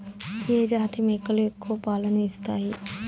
ఏ జాతి మేకలు ఎక్కువ పాలను ఇస్తాయి?